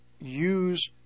use